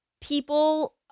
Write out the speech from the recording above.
people